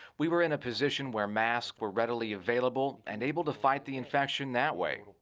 we were in a position where masks were readily available and able to fight the infection that way.